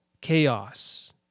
Chaos